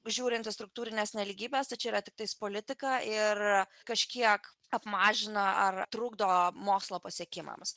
žiūrint į struktūrinės nelygybės tai čia yra tiktais politika ir kažkiek apmažina ar trukdo mokslo pasiekimams